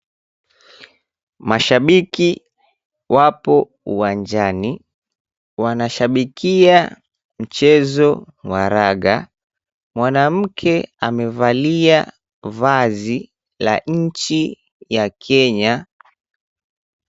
Mashabiki wapo uwanjani. Wanashabikia mchezo wa raga. Mwanamke amevalia vazi la nchi ya Kenya.